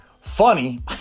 funny